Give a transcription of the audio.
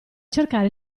cercare